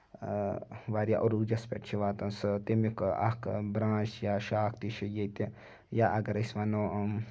واریاہ اوٚروٗجس پٮ۪ٹھ چھُ واتان سُہ تَمیُک اکھ برانچ یا شاکھ تہِ چھُ ییٚتہِ یا اَگر أسۍ وَنو